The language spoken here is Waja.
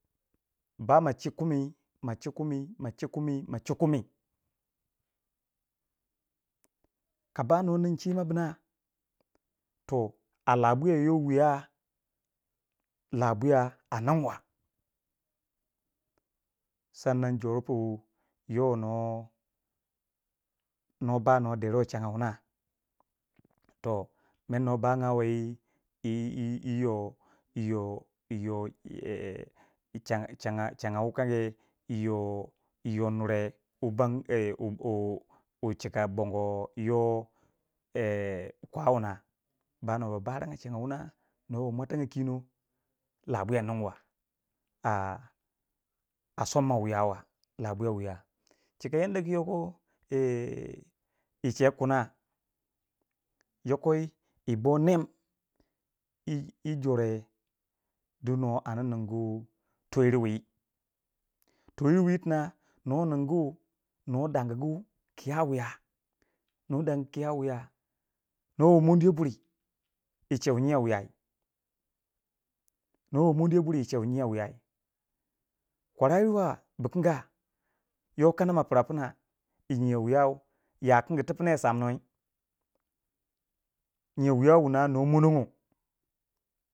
Bama chi kumi ma chi kumi ma chi kumi ma chi kumi ka ba no nin chima bina toh a labuya yoh wiya. labuya a ninwa sannan jọrẹ pu yoh no nwa ba no deruwe changna wuna toh mer nọ bagyawei yi yi yi yoh yi yoh yi yoh yi changa changa changya wukange yi yoh yi yoh nure wukange wu bang eh wu chika bongo yo kwa wuna ba naba baranga shangya wuna numa ba mwatiangya kino labwiya ninwa a somma lab wiya wiya wa cika yan da ku yako ẹchegu kina yoko ebo nem ẹ jore du nuwa ạndi ningu toyir wii. toyir wii tina nwa ningi nuwa dangu kiya wiya nuwa dangu kiya wiya nwa ba mondiya buri ẹ cheu nyiya wiya, nwa ba mondiya buri ẹ chẹu nyiya wiya kwara yirwa bukango yoko kana ma pira pina ẹ nyiyou wiyau ya kingi tu finiyou samnuwe, nyiyan wiya wuna nwa monongyo.